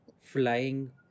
flying